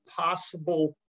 possible